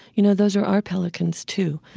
you know those are our pelicans too.